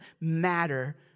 matter